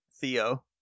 Theo